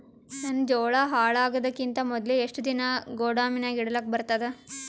ನನ್ನ ಜೋಳಾ ಹಾಳಾಗದಕ್ಕಿಂತ ಮೊದಲೇ ಎಷ್ಟು ದಿನ ಗೊದಾಮನ್ಯಾಗ ಇಡಲಕ ಬರ್ತಾದ?